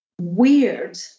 weird